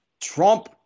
Trump